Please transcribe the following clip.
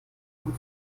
vom